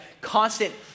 constant